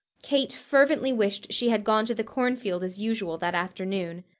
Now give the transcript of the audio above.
kate fervently wished she had gone to the cornfield as usual that afternoon.